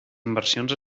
inversions